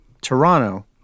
Toronto